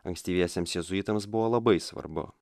ankstyviesiems jėzuitams buvo labai svarbu